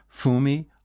Fumi